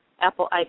Apple